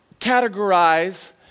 categorize